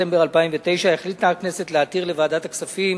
בדצמבר 2009, החליטה הכנסת להתיר לוועדת הכספים